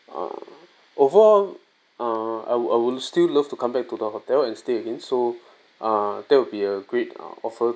uh overall uh I will I will still love to come back to the hotel and stay again so uh that will be a great err offer